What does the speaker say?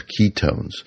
ketones